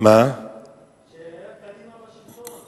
כשהיתה קדימה בשלטון,